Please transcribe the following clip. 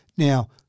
Now